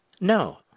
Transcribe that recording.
No